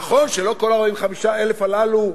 נכון שלא כל ה-45,000 הללו,